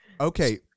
Okay